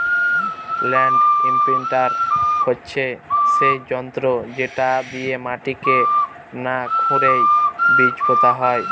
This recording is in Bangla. ল্যান্ড ইমপ্রিন্টার হচ্ছে সেই যন্ত্র যেটা দিয়ে মাটিকে না খুরেই বীজ পোতা হয়